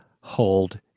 hold